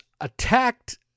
attacked